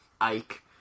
Ike